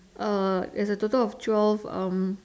uh there's a total of twelve um